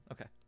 Okay